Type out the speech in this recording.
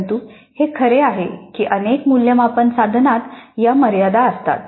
परंतु हे खरे आहे की अनेक मूल्यमापन साधनांत या मर्यादा असतात